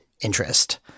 interest